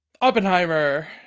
oppenheimer